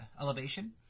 elevation